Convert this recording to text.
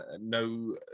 no